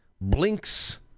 blinks